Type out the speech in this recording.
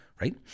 right